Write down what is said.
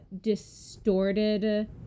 distorted